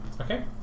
Okay